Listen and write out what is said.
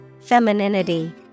Femininity